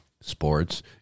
sports